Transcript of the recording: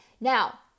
Now